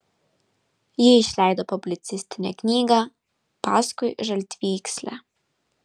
ji išleido publicistinę knygą paskui žaltvykslę